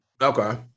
Okay